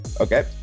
Okay